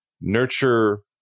nurture